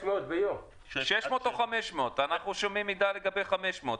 אנחנו שומעים מידע לגבי 500,